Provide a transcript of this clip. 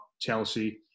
Chelsea